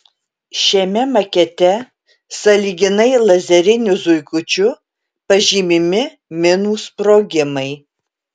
šiame makete sąlyginai lazeriniu zuikučiu pažymimi minų sprogimai